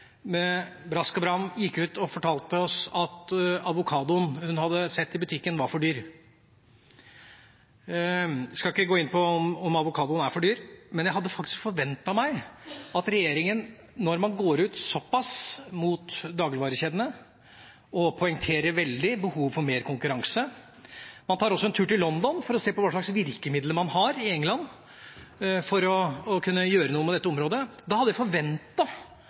med brask og bram gikk ut og fortalte oss at avokadoen hun hadde sett i butikken, var for dyr. Jeg skal ikke gå inn på om avokadoen er for dyr, men jeg hadde faktisk forventninger til regjeringa når den gikk ut så pass mot dagligvarekjedene og sterkt poengterte behovet for mer konkurranse. Man tok også en tur til London for å se på hva slags virkemidler man har i England, for å kunne gjøre noe på dette området. Jeg hadde